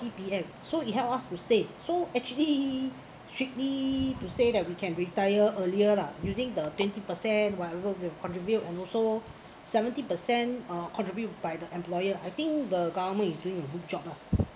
C_P_F so it helped us to save so actually strictly to say that we can retire earlier lah using the twenty percent whatever we contribute on also seventy percent uh contribute by the employer I think the government is doing a good job lah